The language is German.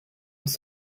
aus